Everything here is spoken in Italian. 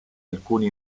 alcuni